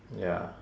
ya